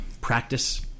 practice